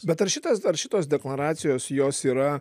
bet ar šitas ar šitos deklaracijos jos yra